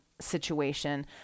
situation